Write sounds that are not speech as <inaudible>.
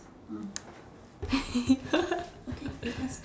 <laughs>